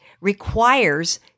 requires